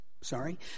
Sorry